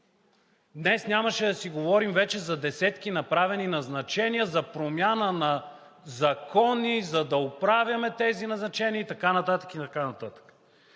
днес нямаше да си говорим вече за десетки направени назначения за промяна на закони, за да оправяме тези назначения и така нататък, и така нататък.